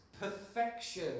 perfection